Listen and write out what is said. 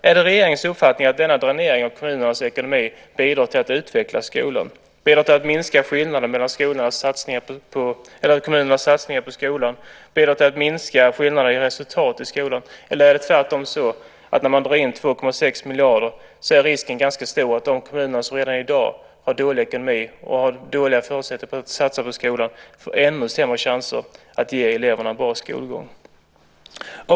Är det regeringens uppfattning att denna dränering av kommunernas ekonomi bidrar till att utveckla skolan, till att minska skillnaden mellan kommunernas satsningar på skolan och till att minska skillnaderna i resultat i skolan, eller är det tvärtom så att när man drar in 2,6 miljarder så är risken ganska stor att de kommuner som redan i dag har dålig ekonomi och dåliga förutsättningar för att satsa på skolan får ännu sämre chanser att ge eleverna en bra skolgång?